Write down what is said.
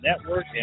network